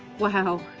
wow!